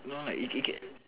no like it it can